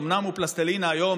אומנם הוא פלסטלינה היום,